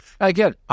Again